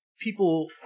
people